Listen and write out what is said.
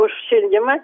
už šildymą